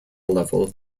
level